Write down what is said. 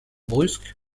brusque